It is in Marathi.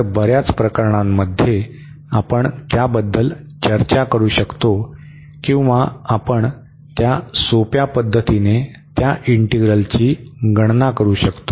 तर बर्याच प्रकरणांमध्ये आपण त्याबद्दल चर्चा करू शकतो किंवा आपण त्या सोप्या पद्धतीने त्या इंटीग्रलची गणना करू शकतो